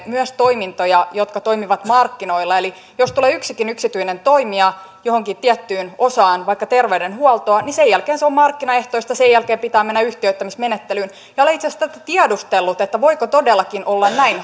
myös toimintoja jotka toimivat markkinoilla eli jos tulee yksikin yksityinen toimija johonkin tiettyyn osaan vaikka terveydenhuoltoa niin sen jälkeen se on markkinaehtoista sen jälkeen pitää mennä yhtiöittämismenettelyyn olen itse asiassa tätä tiedustellut hallituspuolueiden edustajilta että voiko todellakin olla näin